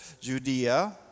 Judea